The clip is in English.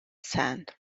sand